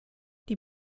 die